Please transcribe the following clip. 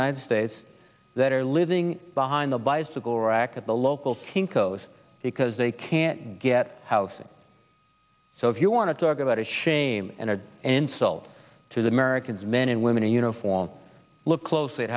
united states that are living behind the bicycle rack at the local kinko's because they can't get housing so if you want to talk about a shame and a insult to the americans men and women in uniform look closely at